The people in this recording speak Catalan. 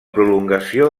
prolongació